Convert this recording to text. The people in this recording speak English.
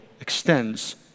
extends